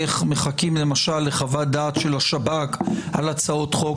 איך מחכים למשל לחוות-דעת של השב"כ על הצעות חוק,